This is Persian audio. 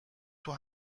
توی